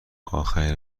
اخرین